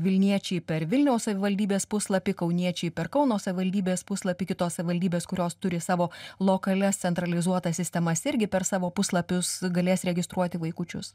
vilniečiai per vilniaus savivaldybės puslapį kauniečiai per kauno savivaldybės puslapį kitos savivaldybės kurios turi savo lokalias centralizuotas sistemas irgi per savo puslapius galės registruoti vaikučius